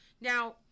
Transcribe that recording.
Now